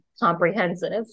comprehensive